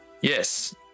Yes